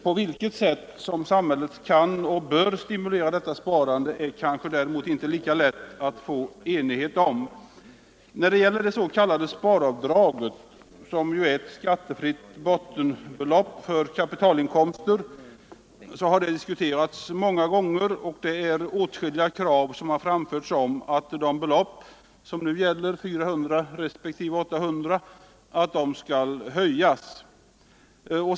På vilket sätt samhället kan och bör stimulera detta sparande är kanske inte lika lätt att få enighet om. Det s.k. sparavdraget, som är ett skattefritt bottenbelopp för kapitalinkomster, har diskuterats många gånger, och åtskilliga krav har framförts om att de belopp som nu gäller, 400 kronor respektive 800 kronor, skall höjas.